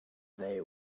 they